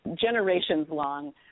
generations-long